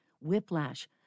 whiplash